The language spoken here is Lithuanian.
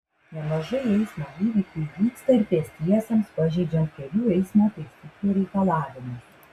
nemažai eismo įvykių įvyksta ir pėstiesiems pažeidžiant kelių eismo taisyklių reikalavimus